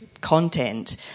content